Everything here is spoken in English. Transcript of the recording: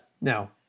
Now